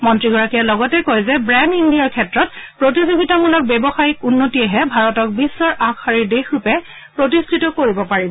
মন্ত্ৰীগৰাকীয়ে লগতে কয় যে ব্ৰেণ্ড ইণ্ডিয়াৰ ক্ষেত্ৰত প্ৰতিযোগিতামূলক ব্যৱসায়িক উন্নতিয়েহে ভাৰতক বিশ্বৰ আগশাৰীৰ দেশৰূপে প্ৰতিষ্ঠিত কৰিব পাৰিব